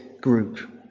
group